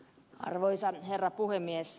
arvoisa herra puhemies